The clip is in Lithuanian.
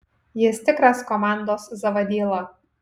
jis tikras komandos zavadyla